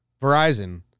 Verizon